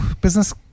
business